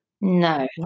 No